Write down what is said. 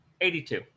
82